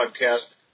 Podcast